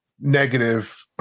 negative